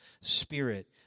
spirit